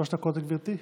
שלוש דקות לגברתי.